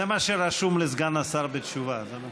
זה מה שרשום לסגן השר בתשובה.